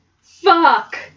Fuck